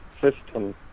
system